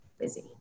busy